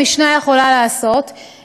המשנה יכולה לעשות,